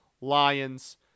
Lions